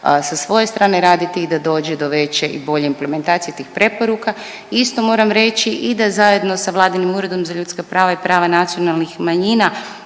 sa svoje strane raditi i da dođe do veće i bolje implementacije tih preporuka. Isto moram reći i da zajedno sa vladinim Uredom za ljudska prava i prava nacionalnih manjina